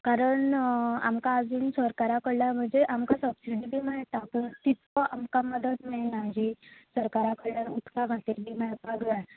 कारण आमकां आजून सरकारा कडल्यान म्हणजे आमकां सबसिडी बी मेळटा पूण तितको आमकां मद्दत मेळना जी सरकारा कडल्यान उदका खातीर बी मेळपाक जाय